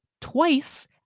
twice